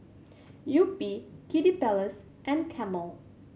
Yupi Kiddy Palace and Camel